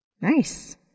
Nice